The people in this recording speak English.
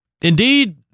Indeed